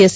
S